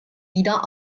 wieder